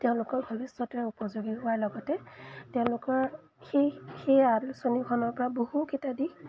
তেওঁলোকৰ ভৱিষ্যতে উপযোগী হোৱাৰ লগতে তেওঁলোকৰ সেই সেই আলোচনীখনৰপৰা বহুকেইটা দিশ